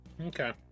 Okay